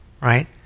right